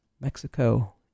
Mexico